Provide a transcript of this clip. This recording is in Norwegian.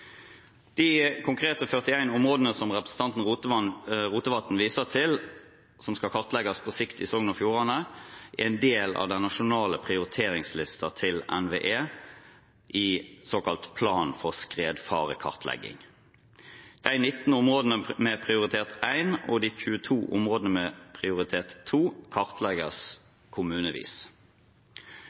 De 41 konkrete områdene som representanten Rotevatn viser til, som skal kartlegges på sikt i Sogn og Fjordane, er en del av den nasjonale prioriteringslisten til NVE i Plan for skredfarekartlegging. De 19 områdene med prioritet 1 og de 22 områdene med prioritet 2 kartlegges kommunevis.